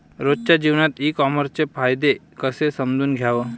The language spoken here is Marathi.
रोजच्या जीवनात ई कामर्सचे फायदे कसे समजून घ्याव?